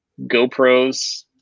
GoPros